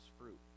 fruit